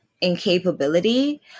incapability